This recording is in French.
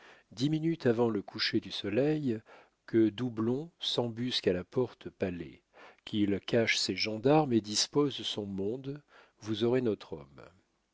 dix minutes avant le coucher du soleil que doublon s'embusque à la porte palet qu'il cache ses gendarmes et dispose son monde vous aurez notre homme